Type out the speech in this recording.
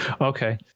Okay